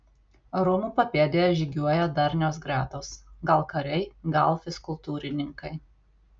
rūmų papėdėje žygiuoja darnios gretos gal kariai gal fizkultūrininkai